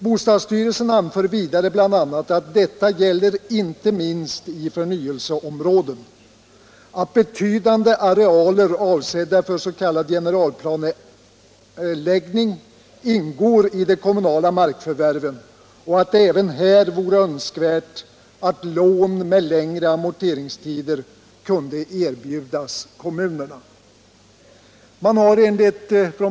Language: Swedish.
Bostadsstyrelsen anför vidare bl.a. att detta gäller inte minst i förnyelseområden, att betydande arealer avsedda för s.k. generalplaneläggning ingår i de kommunala markförvärven och att det även här vore önskvärt att lån med längre amorteringstider kunde erbjudas kommunerna.